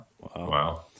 Wow